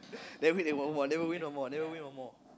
never win then one more never win one more never win one more